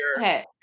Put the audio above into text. Okay